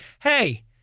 Hey